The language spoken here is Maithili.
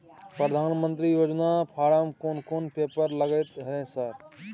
प्रधानमंत्री योजना फारम कोन कोन पेपर लगतै है सर?